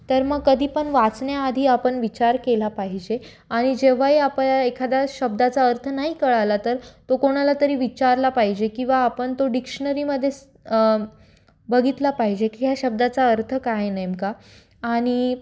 तर मग कधीपण वाचण्याआधी आपण विचार केला पाहिजे आणि जेव्हाही आप एखादा शब्दाचा अर्थ नाही कळला तर तो कोणाला तरी विचारला पाहिजे किंवा आपण तो डिक्शनरीमध्ये बघितला पाहिजे की ह्या शब्दाचा अर्थ काय आहे नेमका आणि